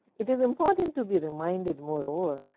it is important to be reminded, moreover,